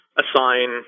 assign